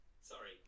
Sorry